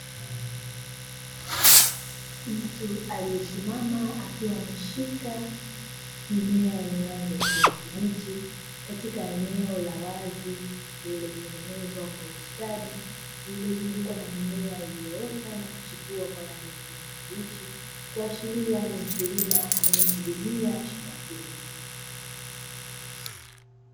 Mtu aliyesimama akiwa ameshika mimea yenye rangi ya kijani kibichi katika eneo la wazi lililotengenezwa kwa ustadi lililozungukwa na mimea iliyoota na kuchipua kwa rangi ya kijani kibichi kuashiria ni mkulima anayehudumia shamba hilo.